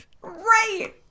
Right